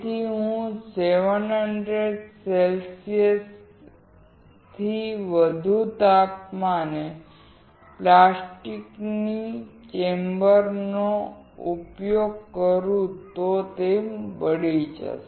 જો હું 700C કે તેથી વધુ તાપમાને પ્લાસ્ટિકનો ઉપયોગ કરું તો તે બળી જશે